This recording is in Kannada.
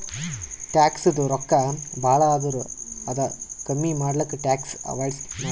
ಟ್ಯಾಕ್ಸದು ರೊಕ್ಕಾ ಭಾಳ ಆದುರ್ ಅದು ಕಮ್ಮಿ ಮಾಡ್ಲಕ್ ಟ್ಯಾಕ್ಸ್ ಅವೈಡನ್ಸ್ ಮಾಡ್ತಾರ್